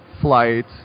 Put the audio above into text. flight